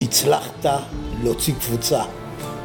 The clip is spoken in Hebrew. הצלחת להוציא קבוצה